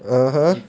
(uh huh)